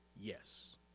Yes